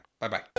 Bye-bye